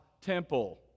temple